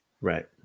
Right